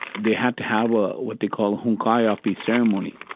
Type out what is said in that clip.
they had to have ah what they called hunkapi ceremony,